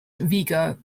vigo